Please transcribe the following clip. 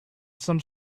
some